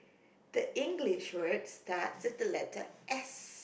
the English word starts with the letter S